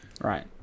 Right